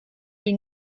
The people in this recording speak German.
ihn